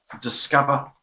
discover